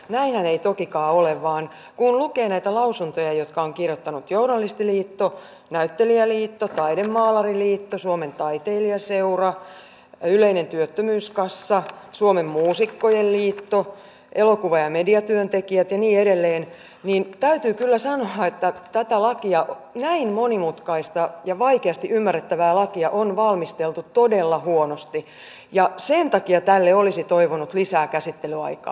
näinhän ei tokikaan ole vaan kun lukee näitä lausuntoja jotka ovat kirjoittaneet journalistiliitto näyttelijäliitto taidemaalariliitto suomen taiteilijaseura yleinen työttömyyskassa suomen muusikkojen liitto elokuva ja mediatyöntekijät ja niin edelleen niin täytyy kyllä sanoa että tätä lakia näin monimutkaista ja vaikeasti ymmärrettävää lakia on valmisteltu todella huonosti ja sen takia tälle olisi toivonut lisää käsittelyaikaa